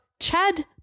Chad